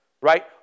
right